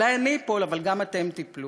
אולי אני אפול אבל גם אתם תיפלו.